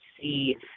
see